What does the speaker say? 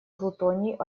плутоний